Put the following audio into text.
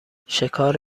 شکار